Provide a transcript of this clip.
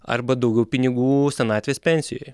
arba daugiau pinigų senatvės pensijoje